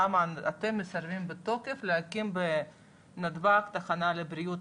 למה אתם מסרבים בתוקף להקים בנתב"ג תחנה לבריאות